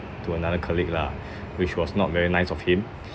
to another colleague lah which was not very nice of him